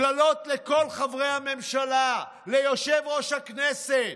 קללות לכל חברי הממשלה, ליושב-ראש הכנסת,